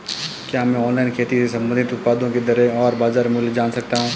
क्या मैं ऑनलाइन खेती से संबंधित उत्पादों की दरें और बाज़ार मूल्य जान सकता हूँ?